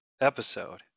episode